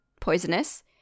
poisonous